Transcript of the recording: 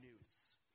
news